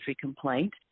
complaint